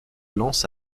lance